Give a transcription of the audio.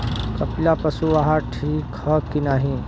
कपिला पशु आहार ठीक ह कि नाही?